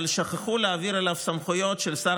אבל שכחו להעביר אליו סמכויות של שר